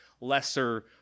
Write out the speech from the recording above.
lesser